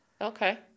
Okay